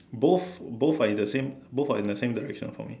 both both are in the same both are in the same direction for me